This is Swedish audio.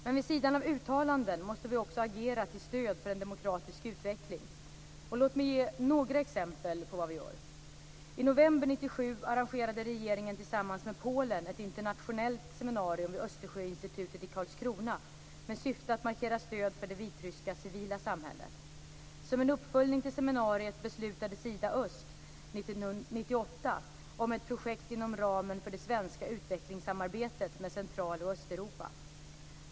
Men vid sidan av uttalanden måste vi också agera till stöd för en demokratisk utveckling. Låt mig ge några exempel på vad vi gör. I november 1997 arrangerade regeringen tillsammans med Polen ett internationellt seminarium vid Östersjöinstitutet i Karlskrona med syfte att markera stöd för det vitryska civila samhället. Som en uppföljning till seminariet beslutade Sida-Öst 1998 om ett projekt inom ramen för det svenska utvecklingssamarbetet med Central och Östeuropa.